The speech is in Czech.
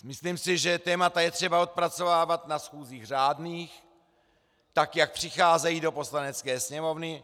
Myslím si, že témata je třeba odpracovávat na schůzích řádných, tak jak přicházejí do Poslanecké sněmovny.